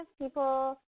people